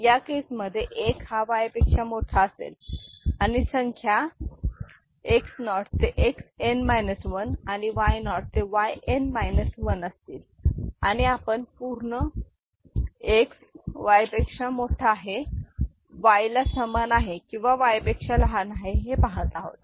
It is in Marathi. या केस मध्ये एक हा Y पेक्षा मोठा असेल आणि संख्या X 0 ते Xn 1 आणि Y 0 ते Yn 1 असतील आणि आपण पूर्ण X Y पेक्षा मोठा आहे व्हायला समान आहे किंवा Y पेक्षा लहान आहे हे पाहत आहोत